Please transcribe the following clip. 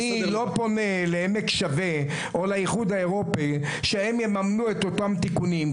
אני לא פונה ל'עמק שווה' או לאיחוד האירופי שהם יממנו את אותם תיקונים,